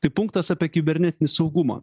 tai punktas apie kibernetinį saugumą